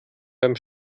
beim